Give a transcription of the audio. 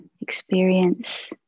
experience